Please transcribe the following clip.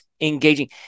Engaging